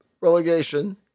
relegation